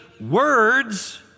words